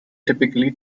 typically